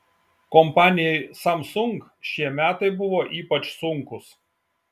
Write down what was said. kompanijai samsung šie metai buvo ypač sunkūs